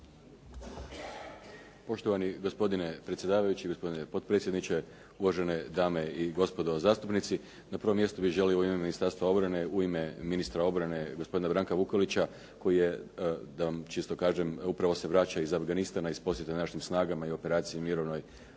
Poštovani gospodine predsjedavajući, gospodine potpredsjedniče, uvažene dame i gospodo zastupnici. Na prvom mjestu bih želio u ime Ministarstva obrane, u ime ministra obrane gospodina Branka Vukelića koji je, da vam čisto kažem, upravo se vraća iz Afganistana iz posjeta našim snagama i operaciji mirovnoj